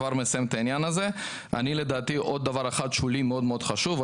עוד דבר אחד שהוא מאוד חשוב לי.